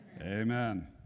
Amen